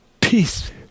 peace